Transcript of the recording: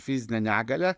fizine negalia